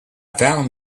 found